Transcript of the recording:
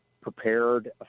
prepared